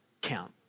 count